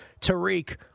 Tariq